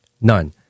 None